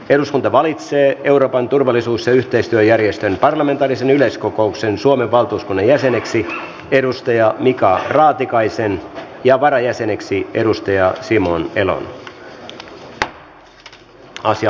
eduskunta valitsi euroopan turvallisuus ja yhteistyöjärjestön parlamentaarisen yleiskokouksen suomen valtuuskunnan jäseneksi edustaja mika raatikaisen ja varajäseneksi edustaja simon elon